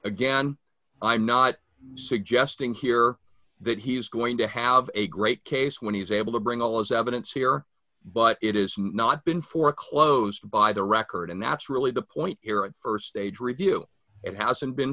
again i'm not suggesting here that he's going to have a great case when he's able to bring all his evidence here but it is not been foreclosed by the record and that's really the point here at st stage review it hasn't been